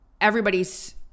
everybody's